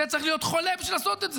צריך להיות חולה בשביל לעשות את זה.